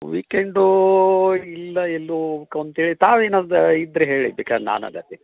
ವೀಕೆಂಡೂ ಇಲ್ಲ ಎಲ್ಲು ಹೋಬಕ್ ಅಂತೇಳಿ ತಾವು ಏನಾದ್ರು ಇದ್ರೆ ಹೇಳಿ ಬೇಕಾರೆ ನಾನು ಬರ್ತಿನಿ